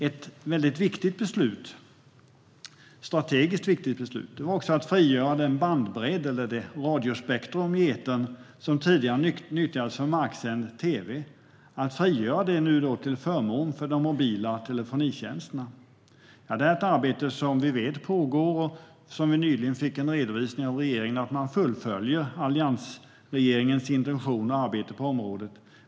Ett strategiskt viktigt beslut var att frigöra den bandbredd eller det radiospektrum i etern som tidigare nyttjades för marksänd tv till förmån för mobila telefonitjänster. Det är ett arbete som vi vet pågår, och vi fick nyligen en redovisning från regeringen om att man fullföljer alliansregeringens intentioner och arbete på området.